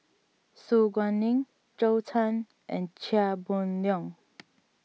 Su Guaning Zhou Can and Chia Boon Leong